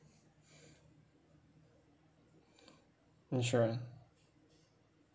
insurance